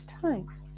time